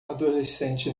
adolescente